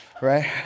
right